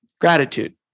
gratitude